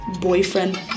boyfriend